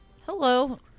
Hello